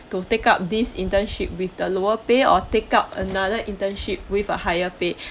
to take up this internship with the lower pay or take up another internship with a higher pay